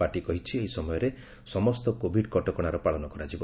party କହିଛି ଏହି ସମୟରେ ସମସ୍ତ କୋବିଡ କଟକଣାର ପାଳନ କରାଯିବ